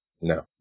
no